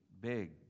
big